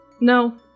No